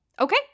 Okay